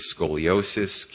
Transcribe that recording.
scoliosis